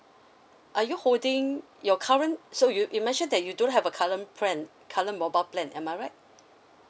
are you holding your current so you you mentioned that you don't have a current plan current mobile plan am I right